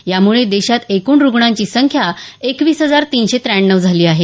यामुळे देशात एकूण रुग्णांची संख्या एकवीस हजार तीनशे त्र्याण्णव झाली आहे